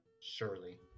Surely